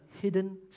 hidden